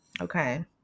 Okay